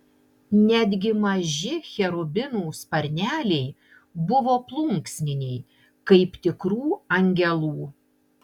netgi maži cherubinų sparneliai buvo plunksniniai kaip tikrų angelų